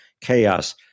chaos